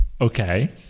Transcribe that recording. Okay